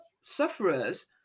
sufferers